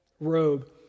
robe